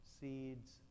Seeds